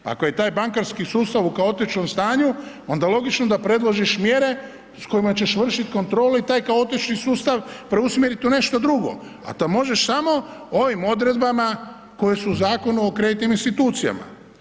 Ako je taj bankarski sustav u kaotičnom stanju, onda logično da predložiš mjere s kojima ćeš vršit kontrolu i taj kaotični sustav preusmjerit u nešto drugo a to možeš samo ovim odredbama koje su u Zakonu o kreditnim institucijama.